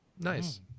Nice